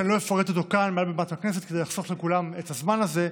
שאני לא אפרט אותו כאן מעל בימת הכנסת כדי לחסוך לכולם את הזמן הזה,